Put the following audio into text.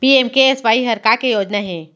PMKSY हर का के योजना हे?